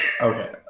Okay